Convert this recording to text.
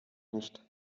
nicht